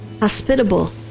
hospitable